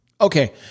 Okay